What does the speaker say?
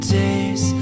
days